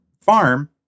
Farm